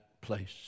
place